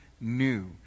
new